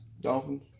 Dolphins